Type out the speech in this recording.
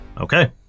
Okay